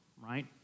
right